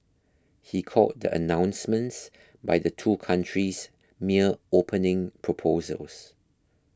he called the announcements by the two countries mere opening proposals